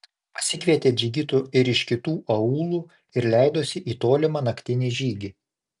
pasikvietė džigitų ir iš kitų aūlų ir leidosi į tolimą naktinį žygį